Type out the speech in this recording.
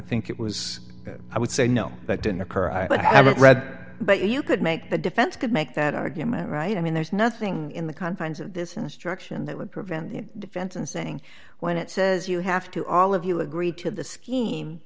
think it was i would say no that didn't occur but i haven't read but you could make the defense could make that argument right i mean there's nothing in the confines of this instruction that would prevent defense and saying when it says you have to all of you agree to the scheme